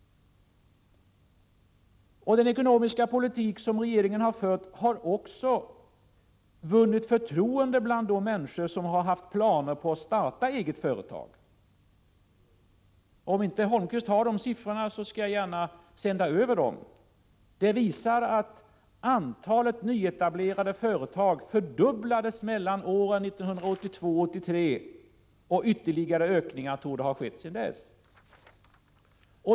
Den ekonomiska politik som regeringen har fört har också vunnit förtroende bland de människor som har haft planer på att starta eget företag. Om inte Erik Holmkvist har siffrorna, skall jag gärna sända över dem. Siffrorna visar att antalet nyetablerade företag fördubblades mellan åren 1982 och 1983, och ytterligare ökningar torde ha skett sedan dess.